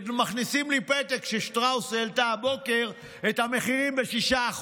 מכניסים לי פתק ששטראוס העלתה הבוקר את המחירים ב-6%.